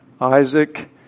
Isaac